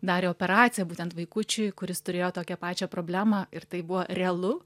darė operaciją būtent vaikučiui kuris turėjo tokią pačią problemą ir tai buvo realu